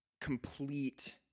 complete